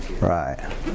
Right